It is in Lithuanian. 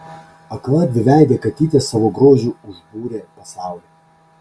akla dviveidė katytė savo grožiu užbūrė pasaulį